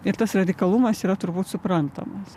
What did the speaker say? ir tas radikalumas yra turbūt suprantamas